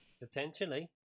Potentially